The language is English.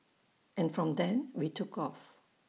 and from then we took off